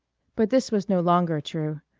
but this was no longer true.